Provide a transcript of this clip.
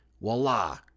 Voila